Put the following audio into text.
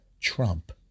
Trump